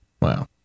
wow